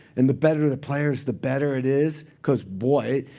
and the better the players, the better it is, because boy,